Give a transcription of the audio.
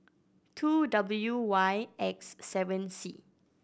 two W Y X seven C